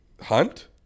Hunt